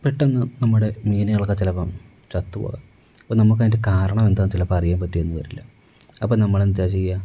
പെട്ടെന്ന് നമ്മുടെ മീനുകൾ ഒക്കെ ചിലപ്പം ചത്തു പോവുക അപ്പോൾ നമുക്ക് അതിൻ്റെ കാരണമെന്താ ചിലപ്പോൾ അറിയാൻ പറ്റിയെന്ന് വരില്ല അപ്പോൾ നമ്മൽ എന്താ ചെയ്യുക